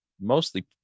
mostly